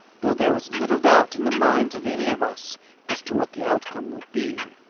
though there was little doubt in the minds of any of us as to what the outcome would be.